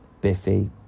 Biffy